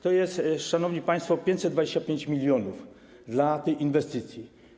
To jest, szanowni państwo, 525 mln dla tej inwestycji.